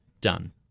done